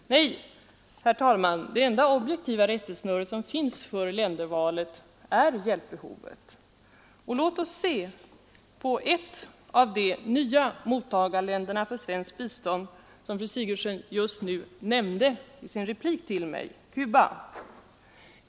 Nej, herr talman, det enda objektiva rättesnöre som finns för ländervalet är hjälpbehovet. Låt oss se på ett av de nya mottagarländerna för svenskt bistånd som fru Sigurdsen nämnde i sin replik till mig, Cuba.